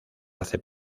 hace